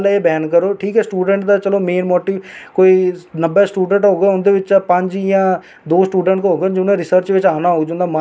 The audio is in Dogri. उस टैंम च मतलब जियां साढ़ी बुराई शुरु होई ते साढ़ा नां इयां उप्पर जाना शुरु होया ते अज्ज में महामाई दी मतलब कि जेहदे चरणे दे बिच बैठे दे आं ओहदे आशीर्बाद कन्नै